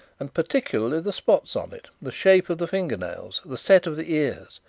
and particularly the spots on it, the shape of the finger-nails, the set of the ears.